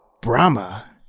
Brahma